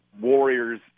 Warriors